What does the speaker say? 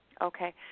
Okay